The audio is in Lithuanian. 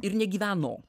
ir negyveno